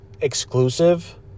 exclusive